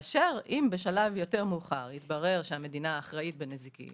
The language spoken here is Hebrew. אם בשלב יותר מאוחר יתברר שהמדינה אחראית בנזיקין